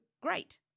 great